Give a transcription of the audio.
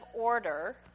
order